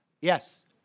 Yes